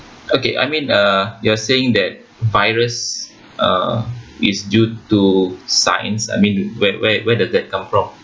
okay I mean uh you're saying that virus uh is due to science I mean where where where does that come from